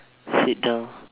sit down